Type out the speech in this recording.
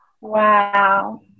Wow